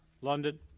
London